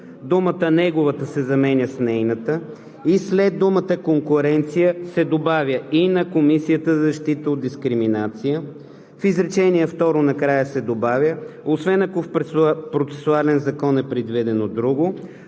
думата „неговата“ се заменя с „нейната“ и след думата „конкуренцията“ се добавя „и на Комисията за защита от дискриминация“, в изречение второ накрая се добавя „освен ако в процесуален закон е предвидено друго“,